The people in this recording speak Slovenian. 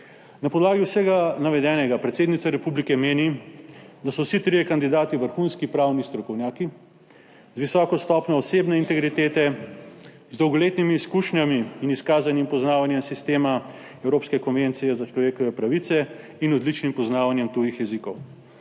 Na podlagi vsega navedenega predsednica republike meni, da so vsi trije kandidati vrhunski pravni strokovnjaki z visoko stopnjo osebne integritete, z dolgoletnimi izkušnjami in izkazanim poznavanjem sistema Evropske konvencije o človekovih pravicah in z odličnim poznavanjem tujih jezikov.